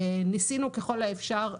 ניסינו ככל האפשר,